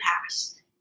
past